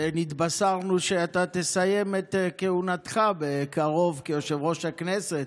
נתבשרנו שאתה תסיים את כהונתך בקרוב כיושב-ראש הכנסת.